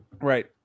Right